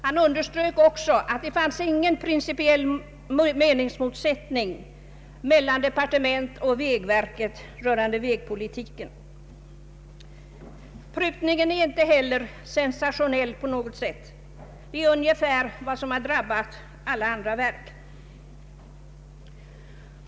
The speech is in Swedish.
Han underströk också att det inte finns någon principiell meningsmotsättning mellan departementet och vägverket rörande vägpolitiken. Prutningen är inte heller sensationell på något sätt. Den är ungefär densamma som beträffande alla andra verk.